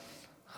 מוותר,